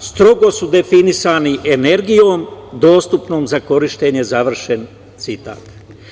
strogo su definisani energijom, dostupnom za korišćenje“, završen citat.